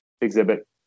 exhibit